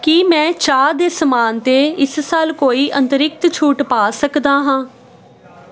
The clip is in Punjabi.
ਕੀ ਮੈਂ ਚਾਹ ਦੇ ਸਮਾਨ 'ਤੇ ਇਸ ਸਾਲ ਕੋਈ ਅਤਿਰਿਕਤ ਛੂਟ ਪਾ ਸਕਦਾ ਹਾਂ